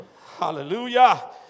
Hallelujah